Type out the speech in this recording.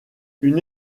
une